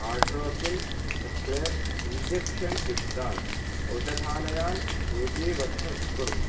atropine sulphate injection युक्तान् औषधालयान् सूचीबद्धं कुरु